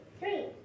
three